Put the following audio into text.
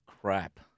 crap